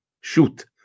Shoot